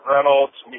Reynolds